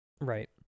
right